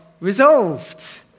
Resolved